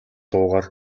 дуугаар